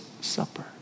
Supper